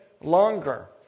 longer